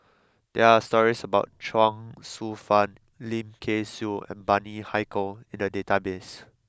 there are stories about Chuang Hsueh Fang Lim Kay Siu and Bani Haykal in the database